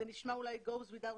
זה נשמע אולי ברור,